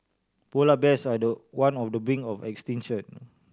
polar bears are the one of the brink of extinction